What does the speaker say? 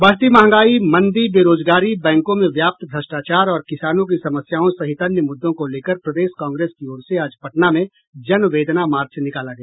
बढ़ती महंगाई मंदी बेरोजगारी बैंकों में व्याप्त भ्रष्टाचार और किसानों की समस्याओं सहित अन्य मुद्दों को लेकर प्रदेश कांग्रेस की ओर से आज पटना में जनवेदना मार्च निकाला गया